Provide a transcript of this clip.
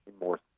more